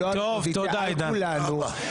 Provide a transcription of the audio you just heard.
אני הייתי מגן עליך,